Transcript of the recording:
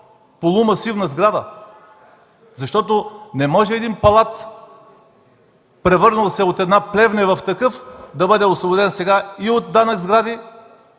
полумасивна сграда. Защото не може един палат, превърнал се от плевня в такъв, да бъде освободен сега и от данък сгради,